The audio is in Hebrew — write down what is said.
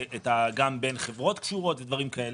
גם בין חברות קשורות וכן הלאה.